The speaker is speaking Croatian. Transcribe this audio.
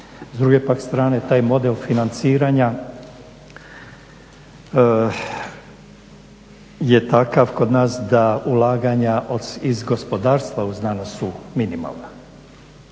S druge pak strane, taj model financiranja je takav kod nas da ulaganja iz gospodarstva u znanost su minimalna.